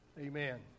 Amen